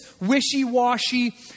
wishy-washy